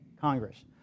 Congress